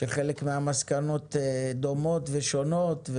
שחלק מהמסקנות שלה היו דומות ושונות.